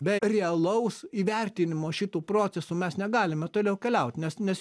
be realaus įvertinimo šitų procesų mes negalime toliau keliaut nes nes